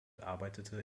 arbeitete